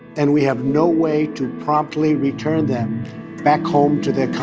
and we have no way to promptly return them back home to their